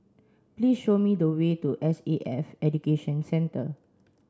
please show me the way to S A F Education Centre